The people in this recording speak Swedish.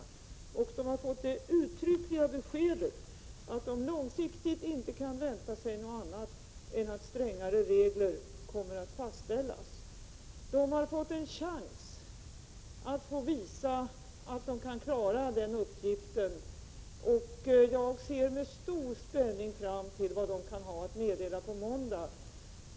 Företaget har fått det uttryckliga beskedet att det långsiktigt inte kan vänta sig något annat än att strängare regler kommer att fastställas. Man har fått en chans att visa att man kan klara den uppgiften. Jag ser med stor spänning fram mot vad Volvo kan ha att meddela på måndag.